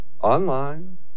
online